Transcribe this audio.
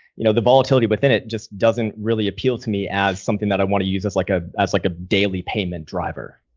you know, the volatility within it, it just doesn't really appeal to me as something that i want to use as like ah as like a daily payment driver.